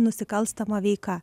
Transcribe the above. nusikalstama veika